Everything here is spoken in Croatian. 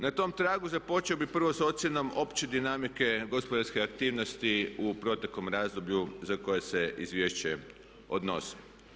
Na tom tragu započeo bih prvo s ocjenom opće dinamike gospodarske aktivnosti u proteklom razdoblju za koje se izvješće odnosi.